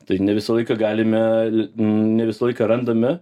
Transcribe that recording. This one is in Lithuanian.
tai ne visą laiką galime ne visą laiką randame